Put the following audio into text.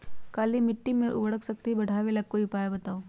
काली मिट्टी में उर्वरक शक्ति बढ़ावे ला कोई उपाय बताउ?